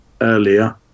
earlier